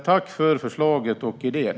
Tack för förslaget och idén!